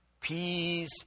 Peace